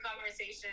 conversation